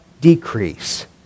decrease